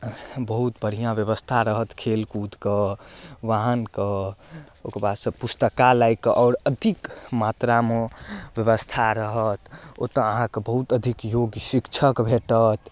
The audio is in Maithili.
बहुत बढ़िआँ व्यवस्था रहत खेल कूदके वाहनके ओकरबादसँ पुस्तकालयके आओर अधिक मात्रामे व्यवस्था रहत ओतऽ अहाँके बहुत अधिक योग्य शिक्षक भेटत